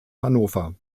hannover